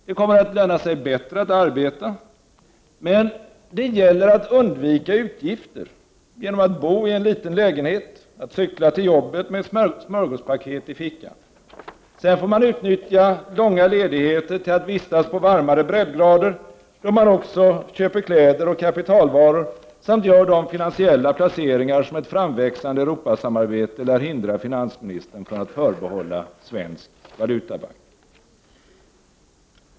Det kommer att löna sig bättre att arbeta. Men det gäller att undvika utgifter genom att bo i en liten lägenhet och cykla till jobbet med ett smörgåspaket i fickan. Sedan får man utnyttja långa ledigheter till att vistas på varmare breddgrader, då man också köper kläder och kapitalvaror samt gör de finansiella placeringar som ett framväxande Europasamarbete lär hindra finansministern från att förbehålla svensk valutabank.